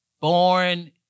born